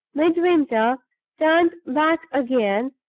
midwinter turned back again,